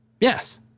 yes